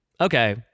okay